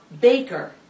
Baker